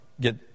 get